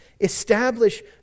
establish